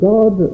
God